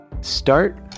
start